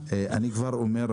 אני כבר אומר,